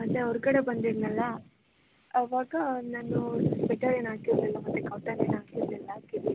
ಅದೇ ಹೊರ್ಗಡೆ ಬಂದಿದ್ದೆನಲ್ಲ ಆವಾಗ ನಾನು ಸ್ವೆಟರ್ ಏನಾಕಿರಲಿಲ್ಲ ಮತ್ತು ಕಾಟನ್ ಏನು ಹಾಕಿರ್ಲಿಲ್ಲ ಕಿವಿಗೆ